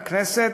הכנסת,